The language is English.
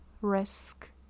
risk